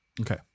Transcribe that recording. Okay